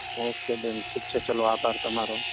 okay બેન ઠીક છે ચાલો આભાર તમારો